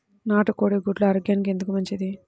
నాటు కోడి గుడ్లు ఆరోగ్యానికి ఎందుకు మంచిది?